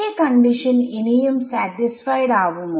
ഈ കണ്ടിഷൻ ഇനിയും സാറ്റിസ്ഫൈഡ് ആവുമോ